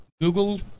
Google